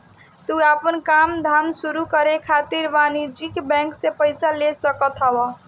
तू आपन काम धाम शुरू करे खातिर वाणिज्यिक बैंक से पईसा ले सकत हवअ